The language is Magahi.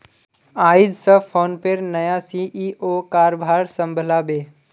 आइज स फोनपेर नया सी.ई.ओ कारभार संभला बे